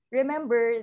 remember